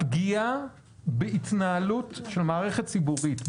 הפגיעה בהתנהלות של מערכת ציבורית,